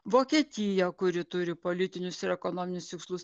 vokietija kuri turi politinius ir ekonominius tikslus